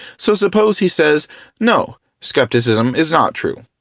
so suppose he says no, skepticism is not true.